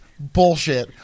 Bullshit